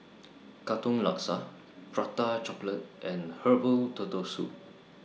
Katong Laksa Prata Chocolate and Herbal Turtle Soup